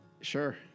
Sure